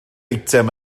eitem